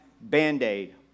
band-aid